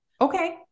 Okay